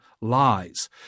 lies